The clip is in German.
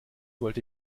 wollte